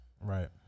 right